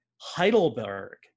Heidelberg